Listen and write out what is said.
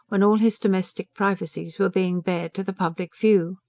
when all his domestic privacies were being bared to the public view.